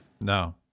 No